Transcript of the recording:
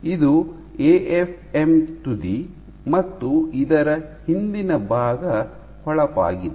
ಇದು ಎಎಫ್ಎಂ ತುದಿ ಮತ್ತು ಇದರ ಹಿಂದಿನ ಭಾಗ ಹೊಳಪಾಗಿದೆ